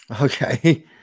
okay